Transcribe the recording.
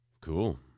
Cool